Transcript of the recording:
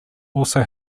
also